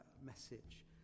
message